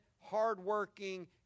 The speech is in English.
hardworking